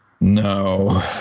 No